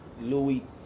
Louis